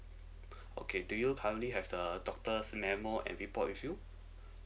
okay do you currently have the doctor's memo and report with you